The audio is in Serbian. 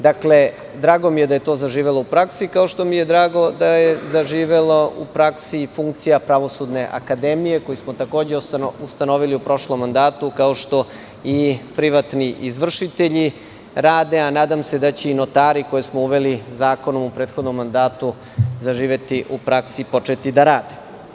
Drago mi je da je to zaživelo u praksi, kao što mi je drago da je zaživela u praksi i funkcija Pravosudne akademije, koju smo takođe ustanovili u prošlom mandatu, kao što i privatni izvršitelji rade, a nadam se da će i notari, koje smo uveli zakonom u prethodnom mandatu, zaživeti u praksi i početi da rade.